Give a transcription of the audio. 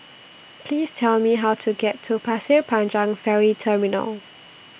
Please Tell Me How to get to Pasir Panjang Ferry Terminal